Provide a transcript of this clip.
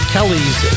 Kelly's